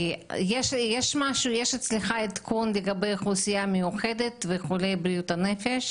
יש אצלך עדכון לגבי אוכלוסייה מיוחדת ומתמודדי בריאות הנפש?